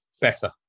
better